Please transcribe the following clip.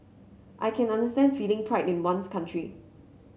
I can understand feeling pride in one's country